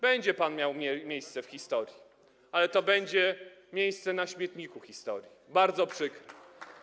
Będzie pan miał miejsce w historii, ale to będzie miejsce na śmietniku historii, bardzo przykre.